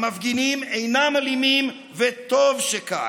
המפגינים אינם אלימים, וטוב שכך.